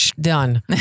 done